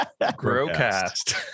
growcast